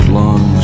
long